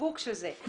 בשיווק של זה.